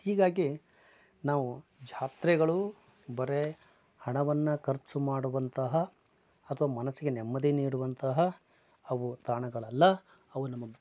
ಹೀಗಾಗಿ ನಾವು ಜಾತ್ರೆಗಳು ಬರೇ ಹಣವನ್ನ ಖರ್ಚು ಮಾಡುವಂತಹ ಅಥವಾ ಮನಸ್ಸಿಗೆ ನೆಮ್ಮದಿ ನೀಡುವಂತಹ ಅವು ತಾಣಗಳಲ್ಲ ಅವು ನಮ್ಮ